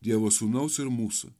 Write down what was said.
dievo sūnaus ir mūsų